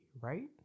right